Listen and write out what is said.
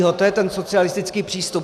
To je ten socialistický přístup.